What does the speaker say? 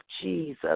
Jesus